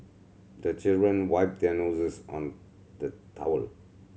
the children wipe their noses on the towel